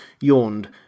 yawned